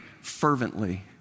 fervently